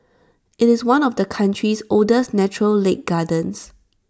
IT is one of the country's oldest natural lake gardens